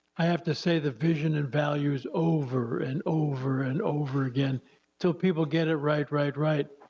i have to say the vision and values over and over and over again until people get it right, right, right.